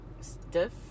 Stiff